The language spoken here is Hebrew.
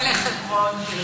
אתה מתכוון לחתונה בחברון.